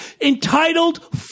entitled